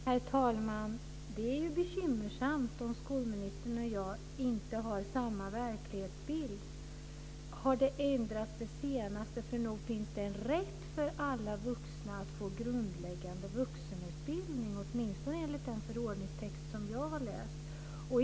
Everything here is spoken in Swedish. Herr talman! Det är bekymmersamt om skolministern och jag inte har samma verklighetsbild. Har det ändrats nu den senaste tiden? Nog finns det en rätt för alla vuxna att få grundläggande vuxenutbildning, åtminstone enligt den förordningstext jag har läst.